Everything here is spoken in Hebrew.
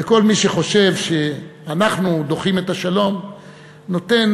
וכל מי שחושב שאנחנו דוחים את השלום נותן